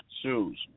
shoes